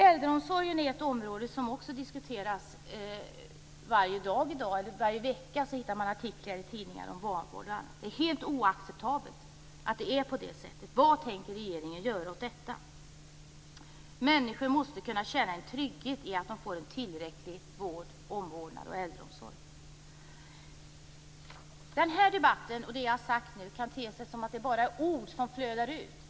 Äldreomsorgen är ett område som också diskuteras nästan varje dag. Varje vecka hittar man tidningsartiklar om vanvård. Det är helt oacceptabelt. Vad tänker regeringen göra åt detta? Människor måste kunna känna en trygghet i att de får en tillräcklig vård, omvårdnad och äldreomsorg. Den här debatten och det jag har sagt kan te sig som bara ord som flödar ut.